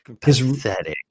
Pathetic